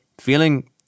feeling